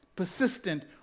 persistent